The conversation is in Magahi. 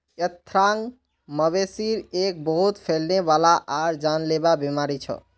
ऐंथ्राक्, मवेशिर एक बहुत फैलने वाला आर जानलेवा बीमारी छ